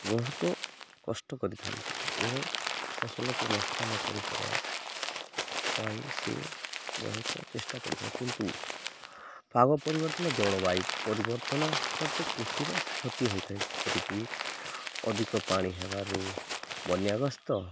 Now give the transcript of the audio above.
ବହୁତ କଷ୍ଟ କରିଥାନ୍ତି ଏବଂ ଫସଲକୁ ନଷ୍ଟ ନ କରିଦେବା ପାଇଁ ସେ ବହୁତ ଚେଷ୍ଟା କରିଥାଏ କିନ୍ତୁ ପାଗ ପରିବର୍ତ୍ତନ ଜଳବାୟୁ ପରିବର୍ତ୍ତନ ସତେ କୃଷିର କ୍ଷତି ହୋଇଥାଏ ଯେପରିକି ଅଧିକ ପାଣି ହେବାରୁ ବନ୍ୟାଗସ୍ତ